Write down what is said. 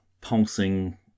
pulsing